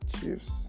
Chiefs